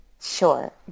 Sure